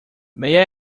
may